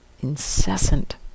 incessant